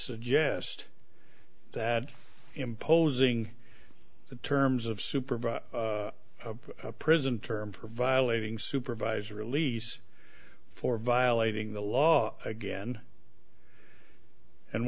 suggest that imposing the terms of supervisor of prison term for violating supervisor release for violating the law again and